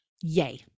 Yay